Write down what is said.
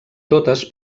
totes